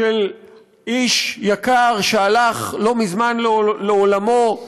איש יקר שהלך לא מזמן לעולמו,